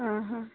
ହଁ ହଁ